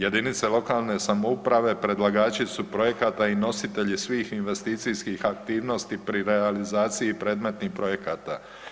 Jedinice lokalne samouprave predlagači su projekata i nositelji svih investicijskih aktivnosti pri realizaciji predmetnih projekata.